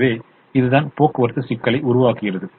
எனவே இதுதான் போக்குவரத்து சிக்கலை உருவாக்குகிறது